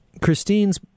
Christine's